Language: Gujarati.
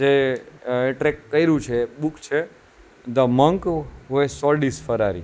જે એટ્રેક કર્યું છે બુક છે the monk who has sold his Ferrari